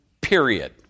period